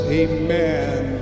amen